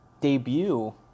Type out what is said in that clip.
Debut